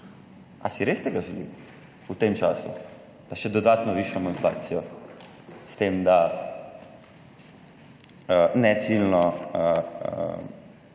Ali si res tega želim, v tem času, da še dodatno višamo inflacijo s tem, da ne ciljno